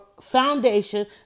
foundation